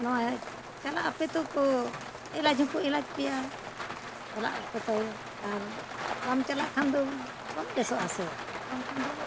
ᱱᱚᱜᱼᱚᱭ ᱪᱟᱞᱟᱜ ᱟᱯᱮ ᱛᱚᱠᱚ ᱮᱞᱟᱡᱽ ᱦᱚᱸᱠᱚ ᱮᱞᱟᱡᱽ ᱯᱮᱭᱟ ᱪᱟᱞᱟᱜ ᱟᱯᱮ ᱛᱮ ᱟᱨ ᱵᱟᱢ ᱪᱟᱞᱟᱜ ᱠᱷᱟᱱ ᱫᱚ ᱵᱟᱢ ᱵᱮᱥᱚᱜ ᱟᱥᱮ ᱟᱨ ᱵᱟᱝᱠᱷᱟᱱ ᱫᱚ